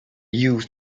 use